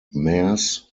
mares